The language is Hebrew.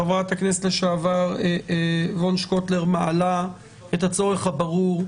חברת הכנסת לשעבר וונש קוטלר מעלה את הצורך הברור,